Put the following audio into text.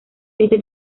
este